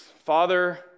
Father